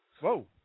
Whoa